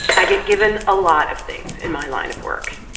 i get given a lot of things in my line of work,